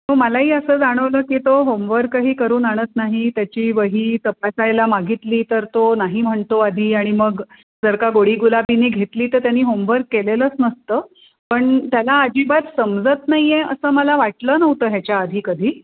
मलाही असं जाणवलं की तो होमवर्कही करून आणत नाही त्याची वही तपासायला मागितली तर तो नाही म्हणतो आधी आणि मग जर का गोडीगुलाबीने घेतली तर त्याने होमवर्क केलेलंच नसतं पण त्याला अजिबात समजत नाही आहे असं मला वाटलं नव्हतं ह्याच्या आधी कधी